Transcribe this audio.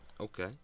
Okay